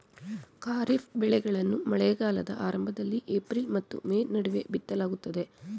ಖಾರಿಫ್ ಬೆಳೆಗಳನ್ನು ಮಳೆಗಾಲದ ಆರಂಭದಲ್ಲಿ ಏಪ್ರಿಲ್ ಮತ್ತು ಮೇ ನಡುವೆ ಬಿತ್ತಲಾಗುತ್ತದೆ